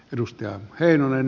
edustaja heinonen